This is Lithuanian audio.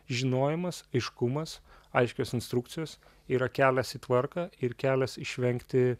žinojimas aiškumas aiškios instrukcijos yra kelias į tvarką ir kelias išvengti